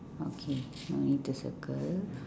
okay no need to circle